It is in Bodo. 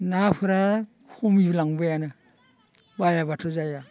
नाफोरा खमिलांबायानो बायाबाथ' जाया